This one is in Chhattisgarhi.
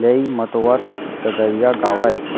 लेइ मतोवत ददरिया गावयँ